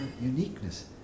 uniqueness